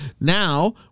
Now